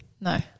No